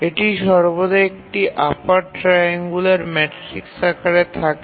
এটি সর্বদা একটি আপার ট্রাইএঙ্গুলার ম্যাট্রিক্স আকারে থাকে